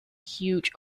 huge